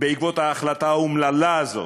בעקבות ההחלטה האומללה הזו,